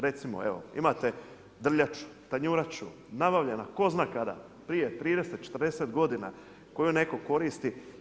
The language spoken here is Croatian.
Recimo evo imate drljaču, tanjuraču nabavljena tko zna kada prije 30, 40 godina koju netko koristi.